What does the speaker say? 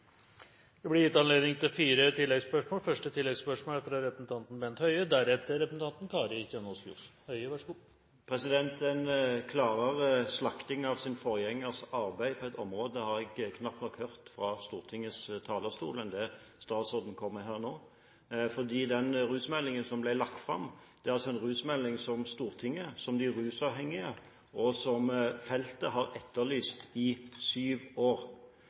Det blir gitt anledning til fire oppfølgingsspørsmål – først representanten Bent Høie. En klarere slakting av sin forgjengers arbeid på et område har jeg knapt nok hørt fra Stortingets talerstol enn det statsråden kom med her nå, for den rusmeldingen som ble lagt fram, er altså en rusmelding som Stortinget, de rusavhengige og feltet har etterlyst i syv år.